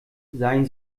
seien